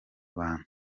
bantu